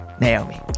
Naomi